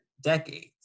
decades